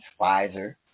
Pfizer